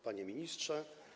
Panie Ministrze!